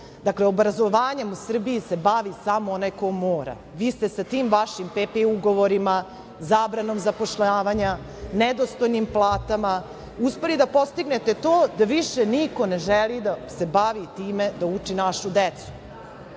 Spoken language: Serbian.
desilo. Dakle, obrazovanjem u Srbiji se bavi samo onaj ko mora, vi ste sa tim vašim PP ugovorima, zabranom zapošljavanja, nedostojnim platama uspeli da postignete to da više niko ne želi da se bavi time da uči našu decu,